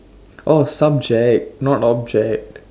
orh subject not object